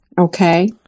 Okay